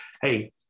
hey